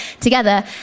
together